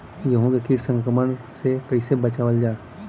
गेहूँ के कीट संक्रमण से कइसे बचावल जा?